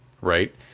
right